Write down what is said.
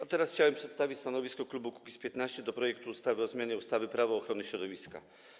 A teraz chciałem przedstawić stanowisko klubu Kukiz’15 wobec projektu ustawy o zmianie ustawy Prawo ochrony środowiska.